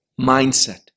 mindset